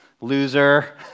loser